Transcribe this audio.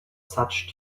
such